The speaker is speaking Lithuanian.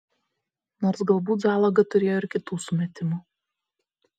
nors galbūt zalaga turėjo ir kitų sumetimų